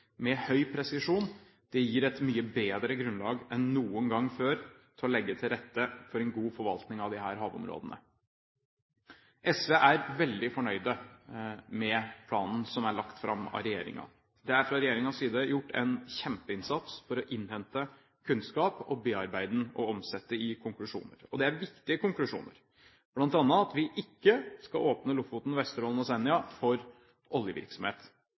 med høy presisjon, gir et mye bedre grunnlag enn noen gang før for å legge til rette for en god forvaltning av disse havområdene. SV er veldig fornøyd med planen som er lagt fram av regjeringen. Det er fra regjeringens side gjort en kjempeinnsats for å innhente kunnskap, bearbeide den og omsette det i konklusjoner. Og det er viktige konklusjoner, bl.a. at vi ikke skal åpne Lofoten, Vesterålen og Senja for oljevirksomhet.